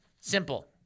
simple